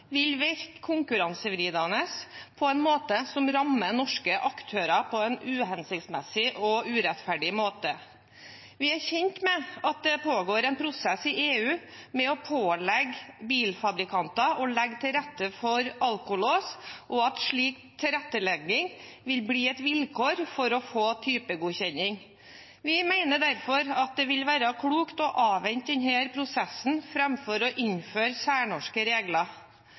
vil virke konkurransevridende på en måte som rammer norske aktører på en uhensiktsmessig og urettferdig måte. Vi er kjent med at det pågår en prosess i EU med å pålegge bilfabrikanter å legge til rette for alkolås, og at slik tilrettelegging vil bli et vilkår for å få typegodkjenning. Vi mener derfor at det vil være klokt å avvente denne prosessen framfor å innføre særnorske regler.